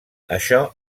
això